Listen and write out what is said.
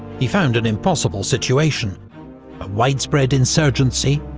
he found an impossible situation a widespread insurgency,